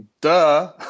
duh